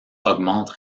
augmente